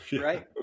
Right